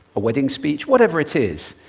a wedding speech. whatever it is,